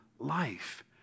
life